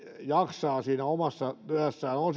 jaksavat siinä omassa työssään on